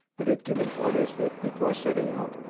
but had given orders that, before setting out,